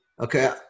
Okay